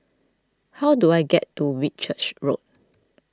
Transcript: how do I get to Whitchurch Road